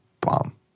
bomb